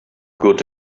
good